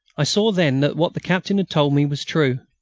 i saw then that what the captain had told me was true.